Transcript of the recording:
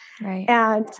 Right